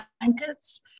blankets